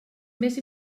més